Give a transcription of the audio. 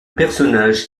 personnage